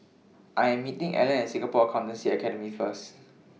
I Am meeting Allen At Singapore Accountancy Academy First